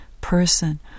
person